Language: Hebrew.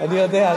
אני יודע.